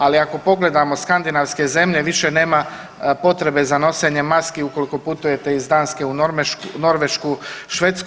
Ali ako pogledamo skandinavske zemlje više nema potrebe za nošenjem maski ukoliko putujete iz Danske u Norvešku, Švedsku.